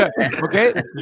Okay